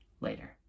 later